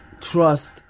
trust